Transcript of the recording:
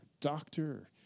doctor